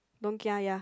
don't kia ya